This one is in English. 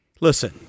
Listen